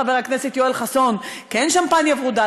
חבר הכנסת יואל חסון: כן שמפניה ורודה,